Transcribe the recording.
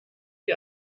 die